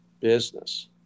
business